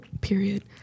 period